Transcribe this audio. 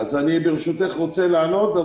ברשותך אני רוצה לענות,